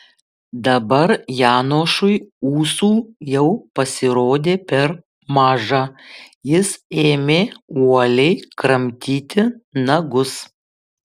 dabar janošui ūsų jau pasirodė per maža jis ėmė uoliai kramtyti nagus